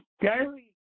Gary